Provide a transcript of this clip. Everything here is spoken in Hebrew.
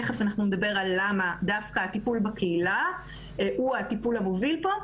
תכף נדבר על למה דווקא הטיפול בקהילה הוא הטיפול המוביל פה.